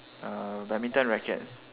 err badminton rackets